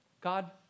God